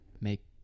make